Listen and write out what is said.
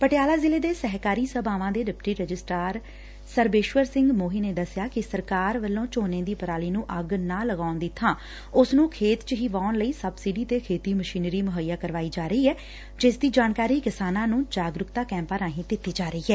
ਪਟਿਆਲਾ ਜ਼ਿਲੇ ਦੇ ਸਹਿਕਾਰੀ ਸਭਾਵਾਂ ਦੇ ਡਿਪਟੀ ਰਜਿਸਟਾਰ ਸਰਬੇਸ਼ਵਰ ਸਿੰਘ ਸੋਹੀ ਨੇ ਦਸਿਆ ਕਿ ਸਰਕਾਰ ਵੱਲੋਂ ਝੋਨੇ ਦੀ ਪਰਾਲੀ ਨੂੰ ਅੱਗ ਨਾ ਲਗਾਉਣ ਦੀ ਥਾਂ ਉਸ ਨੂੰ ਖੇਤ ਚ ਹੀ ਵਾਹੁਣ ਲਈ ਸਬਸਿਡੀ ਤੇ ਖੇਤੀ ਮਸ਼ੀਨਰੀ ਮੁਹੱਈਆ ਕਰਵਾਈ ਜਾ ਰਹੀ ਏ ਜਿਸ ਦੀ ਜਾਣਕਾਰੀ ਕਿਸਾਨਾਂ ਨੂੰ ਜਾਗਰੁਕਤਾ ਕੈਂਪਾਂ ਰਾਹੀ ਦਿੱਤੀ ਜਾ ਰਹੀ ਐ